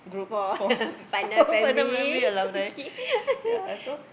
for final family okay